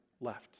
left